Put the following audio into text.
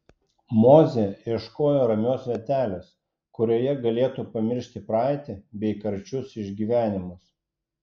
mozė ieškojo ramios vietelės kurioje galėtų pamiršti praeitį bei karčius išgyvenimus